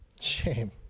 Shame